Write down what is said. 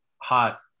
hot